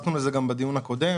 התייחסנו לזה גם בדיון הקודם.